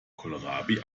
kohlrabi